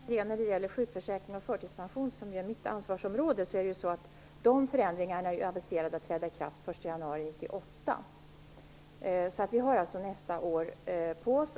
Herr talman! När det gäller sjukförsäkring och förtidspension, som ju är mitt ansvarsområde, är förändringarna aviserade att träda i kraft den 1 januari 1998. Vi har alltså nästa år på oss.